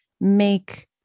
make